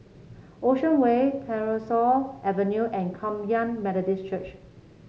Ocean Way Tyersall Avenue and Kum Yan Methodist Church